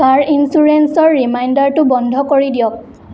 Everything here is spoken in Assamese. কাৰ ইঞ্চুৰেঞ্চৰ ৰিমাইণ্ডাৰটো বন্ধ কৰি দিয়ক